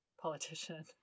politician